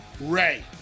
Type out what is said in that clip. Ray